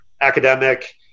academic